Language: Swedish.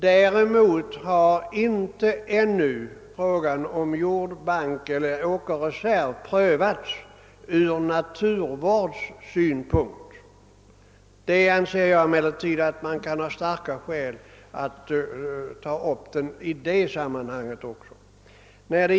Däremot har ännu inte frågan om jordbank eller åkerreserv prövats ur naturvårdssynpunkt. Jag anser emellertid att det kan finnas starka skäl att ta upp dem också i detta sammanhang.